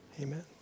amen